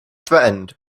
threatened